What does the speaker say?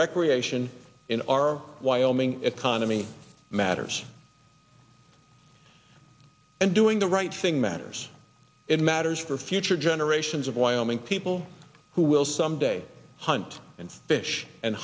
recreation in our wyoming economy matters and doing the right thing matters it matters for future generations of wyoming people who will someday hunt and fish and